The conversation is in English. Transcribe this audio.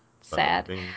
sad